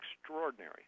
extraordinary